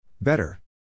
Better